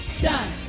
Done